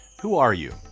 who are you?